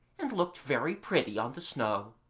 and looked very pretty on the snow.